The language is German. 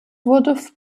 wurde